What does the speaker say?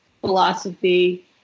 philosophy